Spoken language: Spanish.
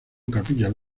capillas